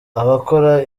abakora